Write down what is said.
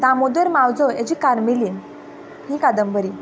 दामोदर मावजो हेजी कार्मेलीन ही कादंबरी